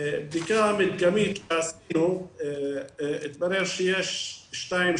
בבדיקה מדגמית עשינו מתברר שיש שתיים,